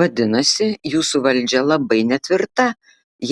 vadinasi jūsų valdžia labai netvirta